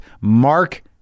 Mark